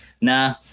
Nah